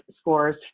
scores